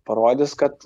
parodys kad